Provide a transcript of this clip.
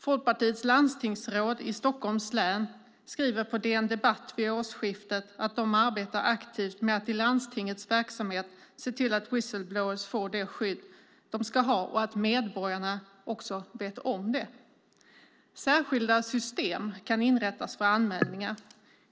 Folkpartiets landstingsråd i Stockholms län skriver på DN Debatt vid årsskiftet att de arbetar aktivt med att i landstingets verksamhet se till att whistle-blowers får det skydd de ska ha och att medarbetarna vet om det. Särskilda system kan inrättas för anmälningar.